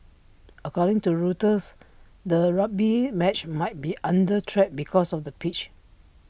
according to Reuters the rugby match might be under threat because of the pitch